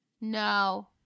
No